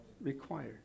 required